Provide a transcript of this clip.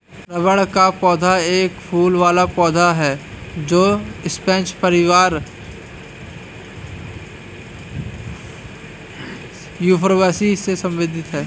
rubber का पेड़ एक फूल वाला पौधा है जो स्परेज परिवार यूफोरबियासी से संबंधित है